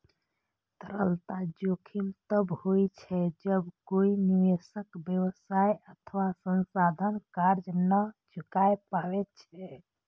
तरलता जोखिम तब होइ छै, जब कोइ निवेशक, व्यवसाय अथवा संस्थान कर्ज नै चुका पाबै छै